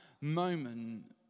moment